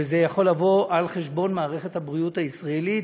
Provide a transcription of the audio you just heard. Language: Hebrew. וזה יכול לבוא על חשבון מערכת הבריאות הישראלית,